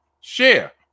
share